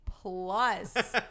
plus